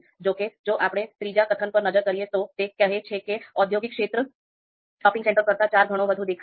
જો કે જો આપણે ત્રીજા કથન પર નજર કરીએ તો તે કહે છે કે ઔદ્યોગિક ક્ષેત્ર શોપિંગ સેન્ટર કરતા ચાર ગણો વધુ દેખાય છે